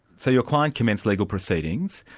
so your client commenced legal proceedings.